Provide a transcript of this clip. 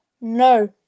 No